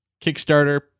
Kickstarter